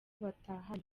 batahanye